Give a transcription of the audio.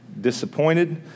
disappointed